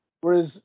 Whereas